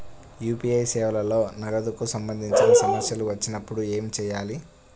UPI సేవలలో నగదుకు సంబంధించిన సమస్యలు వచ్చినప్పుడు ఏమి చేయాలి?